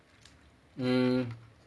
mm